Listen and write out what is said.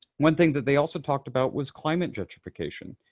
one thing that they also talked about was climate gentrification.